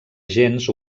gens